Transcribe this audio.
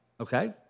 Okay